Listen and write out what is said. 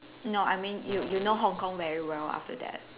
no I mean you you know Hong-Kong very well after that